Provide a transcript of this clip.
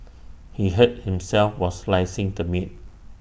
he hurt himself while slicing the meat